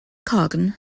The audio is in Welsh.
corn